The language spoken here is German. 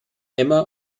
emma